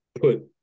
put